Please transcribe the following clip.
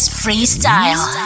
freestyle